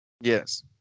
Yes